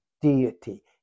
deity